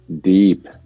Deep